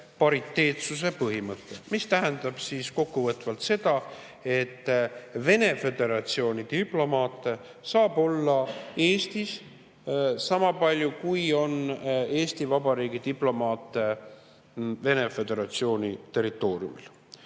pariteetsuse põhimõte, mis tähendab kokkuvõtvalt seda, et Venemaa Föderatsiooni diplomaate saab olla Eestis sama palju, kui on Eesti Vabariigi diplomaate Venemaa Föderatsiooni territooriumil.